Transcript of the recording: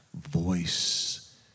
voice